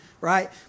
right